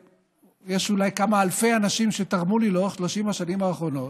שיש אולי כמה אלפי אנשים שתרמו לי לאורך 30 השנים האחרונות,